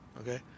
Okay